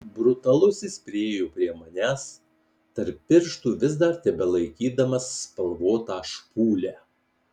brutalusis priėjo prie manęs tarp pirštų vis dar tebelaikydamas spalvotą špūlę